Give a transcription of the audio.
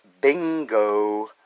Bingo